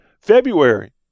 February